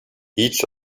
each